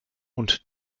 und